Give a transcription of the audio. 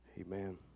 Amen